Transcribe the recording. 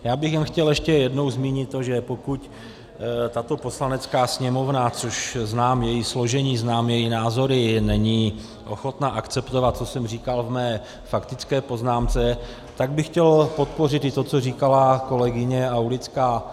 Jenom bych chtěl ještě jednou zmínit to, že pokud tato Poslanecká sněmovna, což znám její složení, znám její názory, není ochotna akceptovat, co jsem říkal v mé faktické poznámce, tak bych chtěl podpořit i to, co říkala paní kolegyně Aulická.